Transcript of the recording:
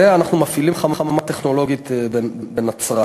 ואנחנו מפעילים חממה טכנולוגית בנצרת.